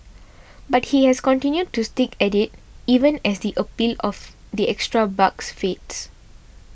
but he has continued to stick at it even as the appeal of the extra bucks fades